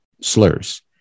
slurs